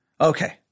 Okay